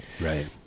Right